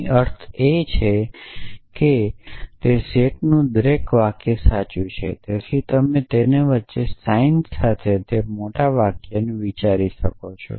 અહી અર્થ એ છે કે તે સેટનું દરેક વાક્ય સાચું છે તેથી તમે તેના વચ્ચે સાઇન સાથે તે મોટા વાક્ય વિચારી શકો છો